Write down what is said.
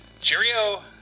Cheerio